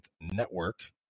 Network